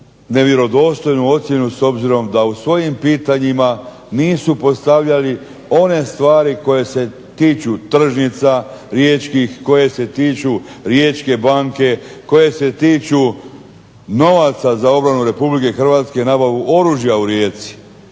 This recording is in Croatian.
nevjerodostojnu ocjenu s obzirom da u svojim pitanjima nisu postavljali one stvari koji se tiču tržnica riječkih, koje se tiču Riječke banke, koje se tiču novaca za obranu Republike Hrvatske, nabavu oružja u Rijeci.